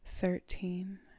thirteen